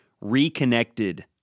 reconnected